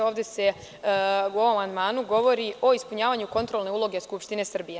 U ovom amandmanu se govori o ispunjavanju kontrolne uloge Skupštine Srbije.